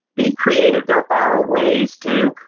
be creative. there are ways to